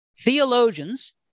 Theologians